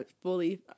fully